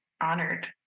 honored